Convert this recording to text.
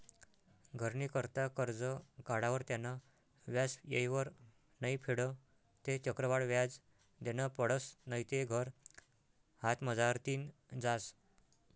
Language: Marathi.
घरनी करता करजं काढावर त्यानं व्याज येयवर नै फेडं ते चक्रवाढ व्याज देनं पडसं नैते घर हातमझारतीन जास